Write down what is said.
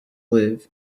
live